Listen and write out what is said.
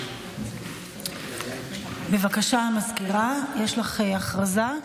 סגנית המזכיר, יש לך הודעה.